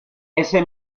ese